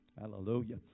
hallelujah